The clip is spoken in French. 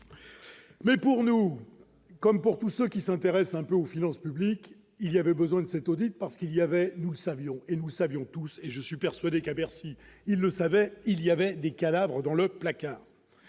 mais pour nous comme pour tous ceux qui s'intéressent un peu aux finances publiques, il y avait besoin de cet audit, parce qu'il y avait nous savions et nous savions tous et je suis persuadé qu'à Bercy, il ne savait il y avait des cadavres dans le placard.